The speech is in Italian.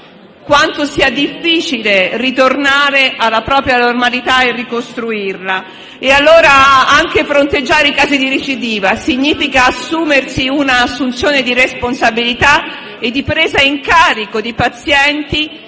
quanto sia difficile ritornare alla normalità e ricostruirla. Fronteggiare i casi di recidiva significa un'assunzione di responsabilità e di presa in carico di pazienti